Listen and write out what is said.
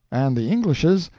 and the englishes,